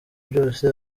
byose